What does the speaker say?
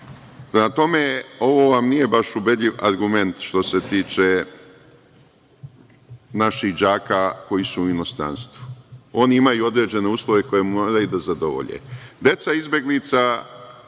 tome, ovo vam nije baš ubedljiv argument što se tiče naših đaka koji su u inostranstvu. Oni imaju određene uslove koje moraju da zadovolje. Deca